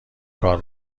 کار